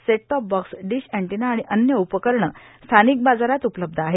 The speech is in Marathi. set top box dish antenna आणि अन्य उपकरणे स्थानिक बाजारात उपलब्ध आहेत